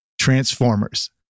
Transformers